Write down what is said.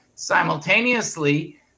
simultaneously